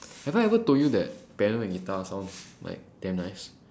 have I ever told you that piano and guitar sounds like damn nice